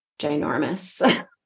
ginormous